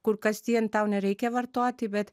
kur kasdien tau nereikia vartoti bet